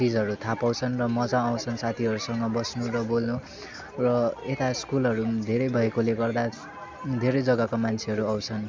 चिजहरू थाहा पाउँछन् र मज्जा आउँछन् साथीहरूसँग बस्नु र बोल्नु र यता स्कुलहरू पनि धेरै भएकोले गर्दा धेरै जग्गाको मान्छेहरू आउँछन्